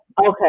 Okay